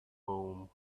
home